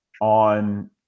on